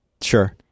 Sure